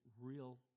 real